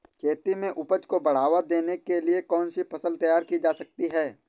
खेती में उपज को बढ़ावा देने के लिए कौन सी फसल तैयार की जा सकती है?